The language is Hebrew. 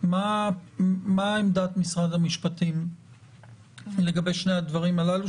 מה עמדת משרד המשפטים לגבי שני הדברים הללו,